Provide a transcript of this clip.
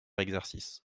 exercice